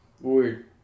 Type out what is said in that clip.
Weird